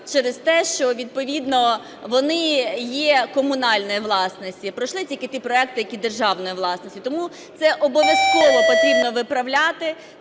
відповідно вони є комунальної власності. Пройшли тільки ті проекти, які державної власності. Тому це обов'язково потрібно виправляти,